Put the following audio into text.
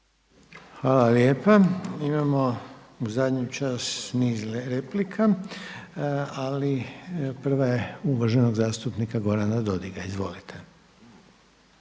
Hvala lijepa. Imamo u zadnji čas niz replika, ali prva je uvaženog zastupnika Gorana Dodiga. Izvolite.